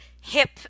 hip